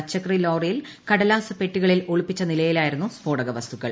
പച്ചക്കറി ലോറിയിൽ കടലാസ് പെട്ടികളിൽ ഒളിപ്പിച്ചു നിലയിലായിരുന്നു സ്ഫോടക വസ്തുക്കൾ